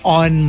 on